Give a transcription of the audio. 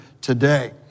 today